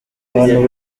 abantu